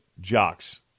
jocks